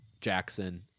Jackson